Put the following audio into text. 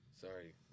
sorry